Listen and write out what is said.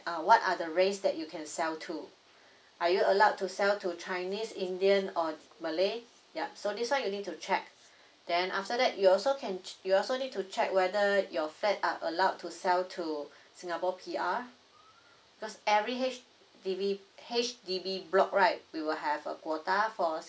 uh what are the race that you can sell to are you allowed to sell to chinese indian or malay yup so this [one] you need to check then after that you also can judge you also need to check whether your flat are allowed to sell to singapore P_R because every H_D_B H_D_B block right we will have a quota for ah what are the race that you sell to